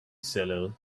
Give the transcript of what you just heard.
seller